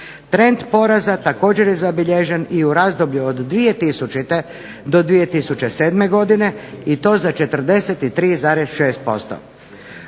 Trend porasta također je zabilježen i u razdoblju od 2000. do 2007. i to za 43,6%.